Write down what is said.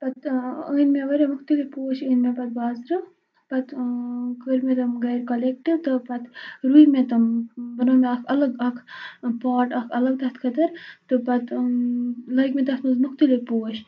پَتہٕ أنۍ مےٚ واریاہ مختلف پوش أنۍ مےٚ پَتہٕ بازرٕ پَتہٕ کٔرۍ مےٚ تِم گَرِ کَلٮ۪کٹہٕ تہٕ پَتہٕ روٗدۍ مےٚ تم بَنوو مےٚ اَکھ الگ اَکھ پوٹ اَکھ الگ تَتھ خٲطرٕ تہٕ پَتہٕ لٲگۍ مےٚ تَتھ منٛز مختلف پوش